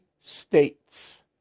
states